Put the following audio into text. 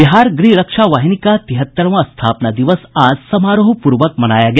बिहार गृह रक्षा वाहिनी का तिहतरवां स्थापना आज दिवस समारोहपूर्वक मनाया गया